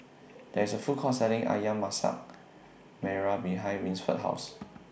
There IS A Food Court Selling Ayam Masak Merah behind Winford's House